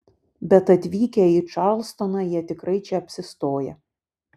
bet atvykę į čarlstoną jie tikrai čia apsistoja